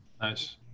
Nice